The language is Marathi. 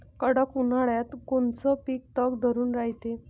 कडक उन्हाळ्यात कोनचं पिकं तग धरून रायते?